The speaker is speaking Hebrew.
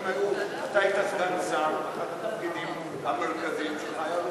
אתה היית סגן שר ואחד התפקידים המרכזיים שלך היה,